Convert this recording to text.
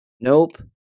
Nope